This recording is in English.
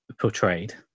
portrayed